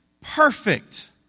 perfect